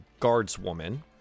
guardswoman